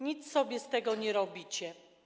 Nic sobie z tego nie robicie.